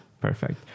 perfect